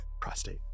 prostate